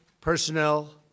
personnel